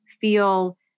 feel